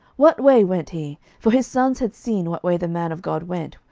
what way went he? for his sons had seen what way the man of god went,